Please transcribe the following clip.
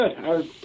good